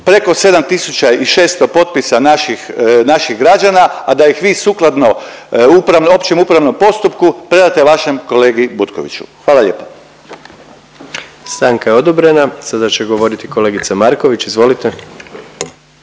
preko 7.600 potpisa naših, naših građana, a da ih vi sukladno općem upravnom postupku predate vašem kolegi Butkoviću, hvala lijepo. **Jandroković, Gordan (HDZ)** Stanka je odobrena. Sada će govoriti kolegica Marković, izvolite.